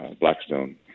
Blackstone